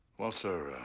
well, sir.